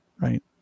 Right